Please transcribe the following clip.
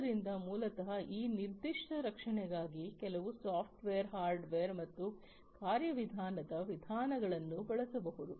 ಆದ್ದರಿಂದ ಮೂಲತಃ ಈ ನಿರ್ದಿಷ್ಟ ರಕ್ಷಣೆಗಾಗಿ ಕೆಲವು ಸಾಫ್ಟ್ವೇರ್ ಹಾರ್ಡ್ವೇರ್ ಮತ್ತು ಕಾರ್ಯವಿಧಾನದ ವಿಧಾನಗಳನ್ನು ಬಳಸಬಹುದು